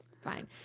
fine